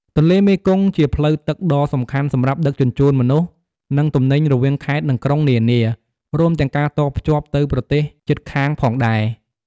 ទន្លេមេគង្គជាផ្លូវទឹកដ៏សំខាន់សម្រាប់ដឹកជញ្ជូនមនុស្ស និងទំនិញរវាងខេត្តនិងក្រុងនានា រួមទាំងការតភ្ជាប់ទៅប្រទេសជិតខាងផងដែរ។